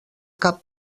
cap